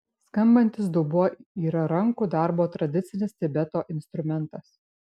skambantis dubuo yra rankų darbo tradicinis tibeto instrumentas